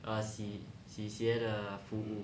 err 洗鞋的服务